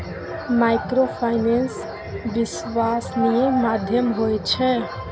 Microfinance विश्वासनीय माध्यम होय छै?